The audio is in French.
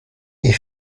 est